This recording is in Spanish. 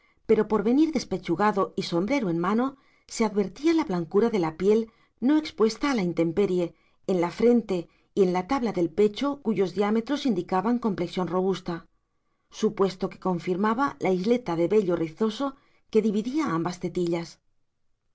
pero por venir despechugado y sombrero en mano se advertía la blancura de la piel no expuesta a la intemperie en la frente y en la tabla de pecho cuyos diámetros indicaban complexión robusta supuesto que confirmaba la isleta de vello rizoso que dividía ambas tetillas